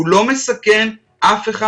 הוא לא מסכן אף אחד.